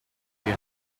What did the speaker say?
tree